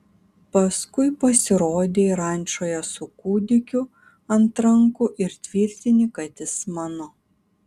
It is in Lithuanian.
paskui pasirodei rančoje su kūdikiu ant rankų ir tvirtini kad jis mano